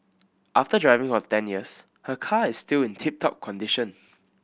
after driving for ten years her car is still in tip top condition